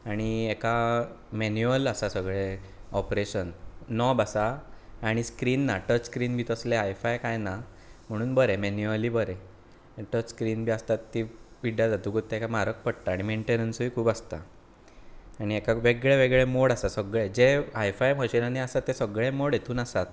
आनी हेका मेन्युअल आसा सगळें ओपरेशन नॉब आसा आनी स्क्रिन ना टचस्क्रिन बी तसलें हाय फाय कांय ना म्हणुन बरें मेन्युअली बरें टच स्क्रिन बी आसतात ती पिड्यार जातकूच तेका म्हारग पडटा आनी मेनटेन्ससूय खुब आसता आनी हेका वेगळे वेगळे मोड आसा सगले जे हाय फाय मशीनानी आसता ते सगळें मोड हेतुन आसात